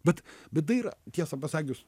bet bėda yra tiesa pasakius